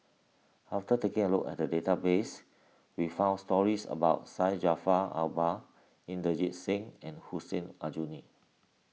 after taking a look at the database we found stories about Syed Jaafar Albar Inderjit Singh and Hussein Aljunied